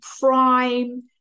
prime